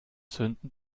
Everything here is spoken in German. sünden